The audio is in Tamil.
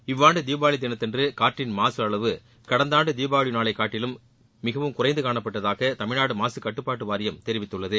இவ்வாண்டு தீபாவளி தினத்தன்று காற்றின் மாசு அளவு கடந்த ஆண்டு தீபாவளி நாளைக் காட்டிலும் மிகவும் குறைந்து காணப்பட்டதாக தமிழ்நாடு மாகக்கட்டுப்பாட்டு வாரியம் தெரிவித்துள்ளது